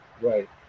Right